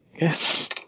Yes